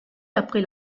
après